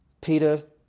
Peter